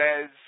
says